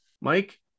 Mike